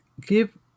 Give